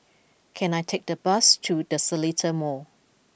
can I take a bus to The Seletar Mall